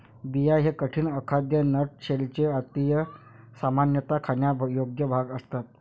बिया हे कठीण, अखाद्य नट शेलचे आतील, सामान्यतः खाण्यायोग्य भाग असतात